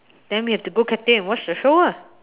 then we have to go Cathay and watch the show ah